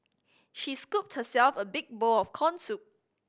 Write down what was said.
she scooped herself a big bowl of corn soup